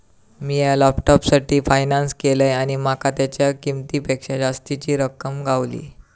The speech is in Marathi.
मिया लॅपटॉपसाठी फायनांस केलंय आणि माका तेच्या किंमतेपेक्षा जास्तीची रक्कम गावली